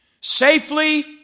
safely